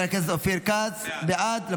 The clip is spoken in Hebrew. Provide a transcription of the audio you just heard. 15 בעד.